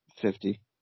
fifty